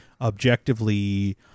objectively